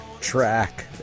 track